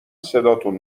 صداتون